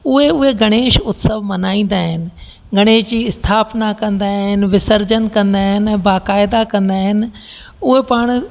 उहे उहे गणेश उत्सव मल्हाईंदा आहिनि गणेश जी स्थापना कंदा आहिनि विसर्जन कंदा आहिनि बाक़ाइदा कंदा आहिनि उहे पाण